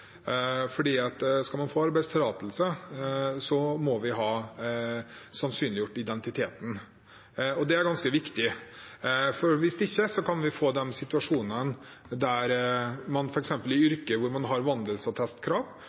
Skal man få arbeidstillatelse, må vi ha sannsynliggjort identiteten. Det er ganske viktig. Hvis ikke kan vi få en situasjon i yrker der man har krav om vandelsattest, sånn som f.eks. å jobbe i barnehager, der man bare kan sjekke vandelsattesten mens personen har